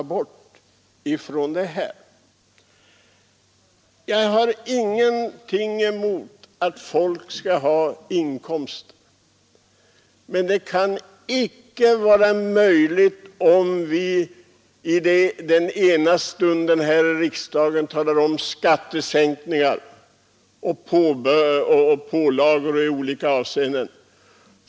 Jag har ingenting emot att folk har inkomster. I morse talade man här om skatter och pålagor av olika slag.